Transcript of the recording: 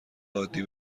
عادی